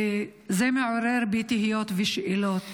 וזה מעורר בי תהיות ושאלות